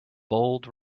bold